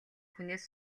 хүнээс